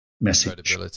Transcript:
message